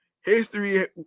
history